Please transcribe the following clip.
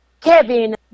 Kevin